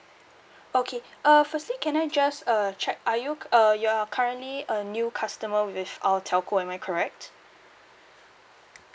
okay uh firstly can I just uh check are you uh you are currently a new customer with our telco am I correct